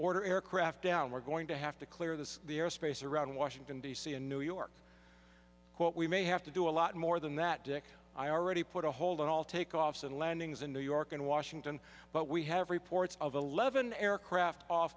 order aircraft down we're going to have to clear this the airspace around washington d c in new york what we may have to do a lot more than that dick i already put a hold on all takeoffs and landings in new york and washington but we have reports of eleven aircraft off